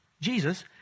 Jesus